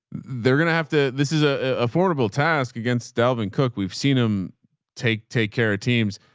they're going to have to, this is a affordable task against dalvin cook. we've seen him take, take care of teams.